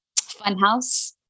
Funhouse